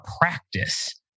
practice